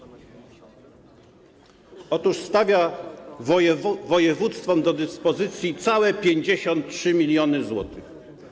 Otóż stawia województwom do dyspozycji całe 53 mln zł.